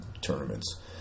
tournaments